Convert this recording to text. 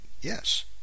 Yes